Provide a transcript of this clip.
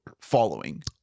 following